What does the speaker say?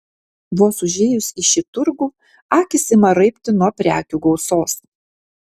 vos užėjus į šį turgų akys ima raibti nuo prekių gausos